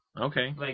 Okay